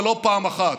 ולא פעם אחת,